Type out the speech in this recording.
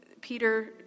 Peter